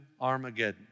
Armageddon